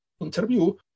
interview